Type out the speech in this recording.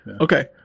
Okay